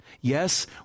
Yes